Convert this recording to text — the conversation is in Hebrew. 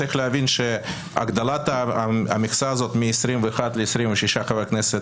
צריך להבין שהגדלת המכסה מ-21 ל-26 חברי כנסת